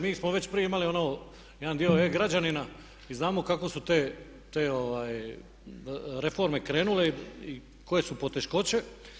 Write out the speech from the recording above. Mi smo već prije imali jedan dio e-građanina i znamo kako su te reforme krenule i koje su poteškoće.